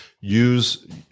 use